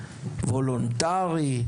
"וולונטרי",